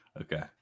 Okay